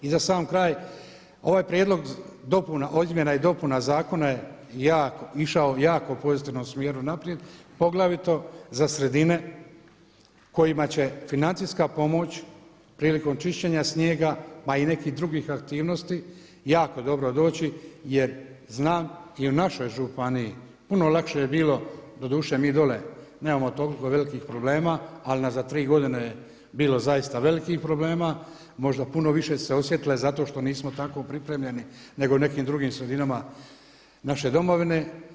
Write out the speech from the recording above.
I za sam kraj, ovaj prijedlog dopuna, izmjena i dopuna zakona je jako, išao u jako pozitivnom smjeru naprijed poglavito za sredine kojima će financijska pomoć prilikom čišćenja snijega pa i nekih drugih aktivnosti jako dobro doći jer znam i u našoj županiji puno lakše je bilo, doduše mi dolje nemamo toliko velikih problema ali unazad 3 godine je bilo zaista velikih problema, možda puno više se osjetilo jer zato što nismo tako pripremljeni nego u nekim drugim sredinama naše domovine.